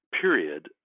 period